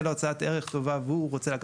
שלום